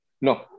No